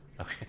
Okay